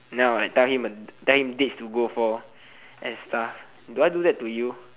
then I will like tell him uh tell him dates to go for and stuff do I do that to you